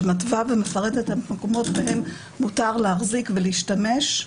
שמתווה ומפרטת את המקומות שבהם מותר להחזיק ולהשתמש.